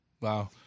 Wow